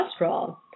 cholesterol